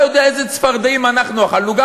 אתה יודע איזה צפרדעים אנחנו אכלנו,